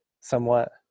somewhat